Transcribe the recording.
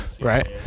right